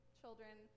children